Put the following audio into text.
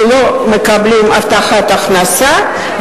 שלא מקבלים הבטחת הכנסה,